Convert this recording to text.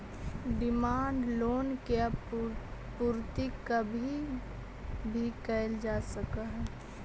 demand loan के पूर्ति कभी भी कैल जा सकऽ हई